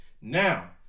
Now